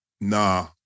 Nah